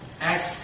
acts